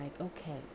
okay